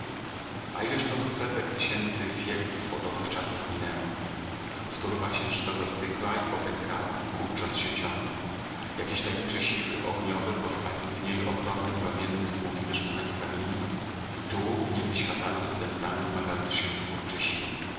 a ileż to setek tysięcy wieków od owych czasów minęło skorupa księżyca zastygła i popękała kurcząc się ciągle jakieś tajemnicze siły ogniowe powypalały w niej ogromne promienne smugi zeszklonego kamienia i tu gdzie niegdyś hasały rozpętane zmagające się twórcze siły